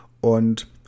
und